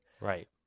Right